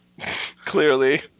clearly